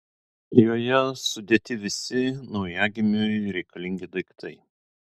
joje sudėti visi naujagimiui reikalingi daiktai